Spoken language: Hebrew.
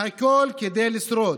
הכול כדי לשרוד,